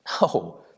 No